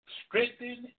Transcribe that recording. strengthen